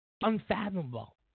unfathomable